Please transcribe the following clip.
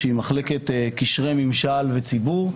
קשרי ממשל וציבור.